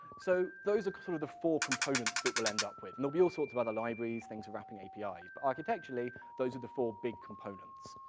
so those are sort of the four components that we'll end up with, and there'll be all sorts of other libraries, things for wrapping apis. but architecturally, those are the four big components.